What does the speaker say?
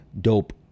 Dope